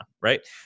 right